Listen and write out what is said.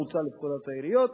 המוצע לפקודת העיריות,